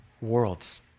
worlds